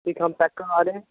ठीक है हम पैक करवा दें